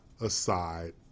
aside